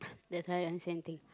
that's why I same thing